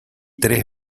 tres